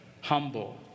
humble